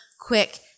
quick